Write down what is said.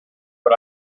but